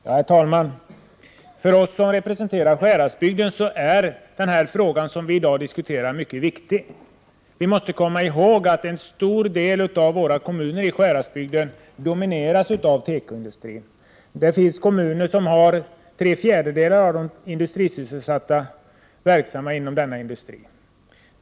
Herr talman! För oss som representerar Sjuhäradsbygden är den fråga vi diskuterar i dag mycket viktig. Vi måste komma ihåg att en stor del av kommunerna i Sjuhäradsbygden domineras av tekoindustrin. Det finns I kommuner där tre fjärdedelar av de industrisysselsatta är verksamma inom tekoindustrin.